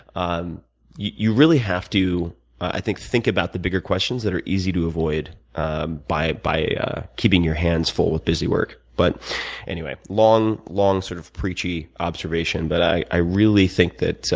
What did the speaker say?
um you really have to i think think about the bigger questions that are easy to avoid and by by keeping your hands full with busy work. but anyway, long, long sort of preachy observation, but i i really think that